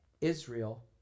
Israel